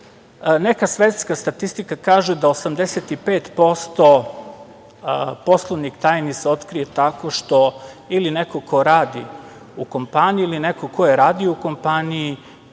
neka svetska statistika kaže da 85% poslovnih tajni se otkrije tako što ili neko ko radi u kompaniji ili neko ko je radio u kompaniji